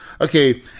Okay